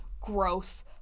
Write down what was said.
gross